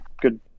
Good